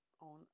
on